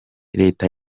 leta